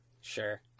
sure